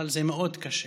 אבל זה מאוד קשה.